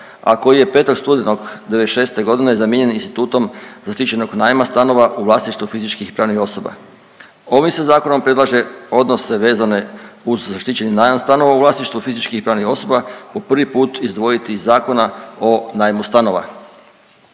a koji je 5. studenog '96.g. zamijenjen institutom zaštićenog najma stanova u vlasništvu fizičkih i pravnih osoba. Ovim se zakonom predlaže odnose vezane uz zaštićeni najam stanova u vlasništvu fizičkim i pravnih osoba po prvi put izdvojiti iz Zakona o najmu stanova.